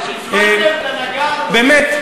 באמת,